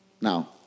Now